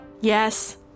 Yes